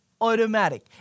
automatic